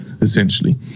essentially